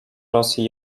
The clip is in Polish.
rosji